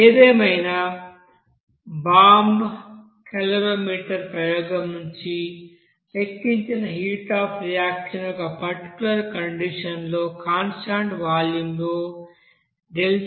ఏదేమైనా bomb calorimeter ప్రయోగం నుండి లెక్కించిన హీట్ అఫ్ రియాక్షన్ ఒక పర్టిక్యూలర్ కండిషన్ లో కాన్స్టాంట్ వాల్యూమ్లో Hrxn